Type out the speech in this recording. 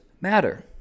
matter